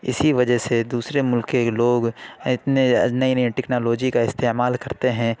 اِسی وجہ سے دوسرے مُلک کے لوگ اتنے نئی نئی ٹیکنالوجی کا استعمال کرتے ہیں